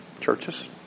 churches